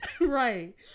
right